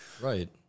Right